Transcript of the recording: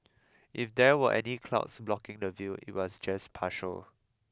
if there were any clouds blocking the view it was just partial